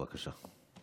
בבקשה.